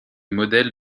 modèles